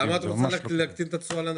למה את רוצה להקטין את התשואה לאנשים?